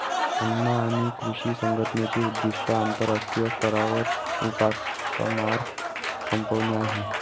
अन्न आणि कृषी संघटनेचे उद्दिष्ट आंतरराष्ट्रीय स्तरावर उपासमार संपवणे आहे